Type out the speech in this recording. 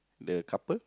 the couple